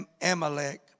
Amalek